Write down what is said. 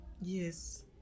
yes